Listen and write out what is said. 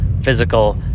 physical